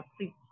please